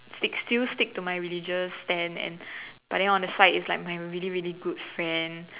it still sticks to my religious end and but then on the side is like my really really good friend